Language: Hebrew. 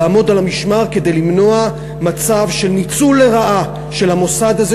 לעמוד על המשמר כדי למנוע מצב של ניצול לרעה של המוסד הזה,